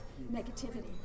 negativity